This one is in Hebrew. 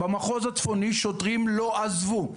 במחוז הצפוני שוטרים לא עזבו.